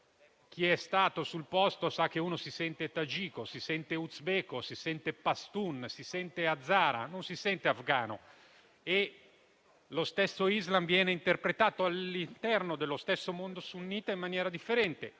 Chi è stato sul posto sa che uno si sente tagico, si sente uzbeko, si sente *pashtun,* si sente *hazara*, non si sente afgano. Lo stesso Islam viene interpretato all'interno dello stesso mondo sunnita in maniera differente: